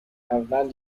اول